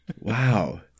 Wow